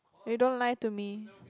eh don't lie to me